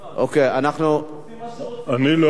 אני לא אעביר.